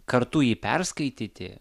kartu jį perskaityti